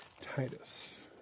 Titus